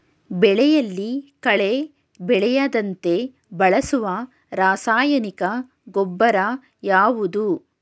ಬೆಳೆಯಲ್ಲಿ ಕಳೆ ಬೆಳೆಯದಂತೆ ಬಳಸುವ ರಾಸಾಯನಿಕ ಗೊಬ್ಬರ ಯಾವುದು?